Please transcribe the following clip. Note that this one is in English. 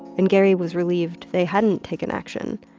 and gary was relieved they hadn't taken action,